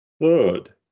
Third